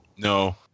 No